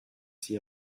sie